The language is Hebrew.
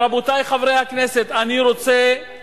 רבותי חברי הכנסת, אני רוצה לומר